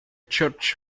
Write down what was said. church